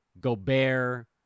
Gobert